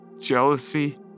Jealousy